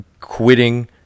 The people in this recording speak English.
quitting